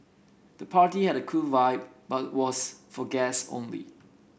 the party had a cool vibe but was for guest only